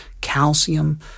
calcium